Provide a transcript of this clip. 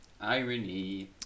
irony